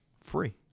free